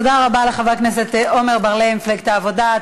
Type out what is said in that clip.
תודה רבה לחבר כנסת עמר בר-לב ממפלגת העבודה.